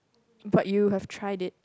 but you have tried it